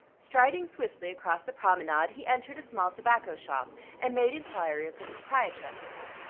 striding swiftly across the promenade, he entered a small tobacco shop and made inquiry of the proprietress.